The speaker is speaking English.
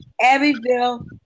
Abbeville